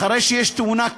אחרי שיש תאונה,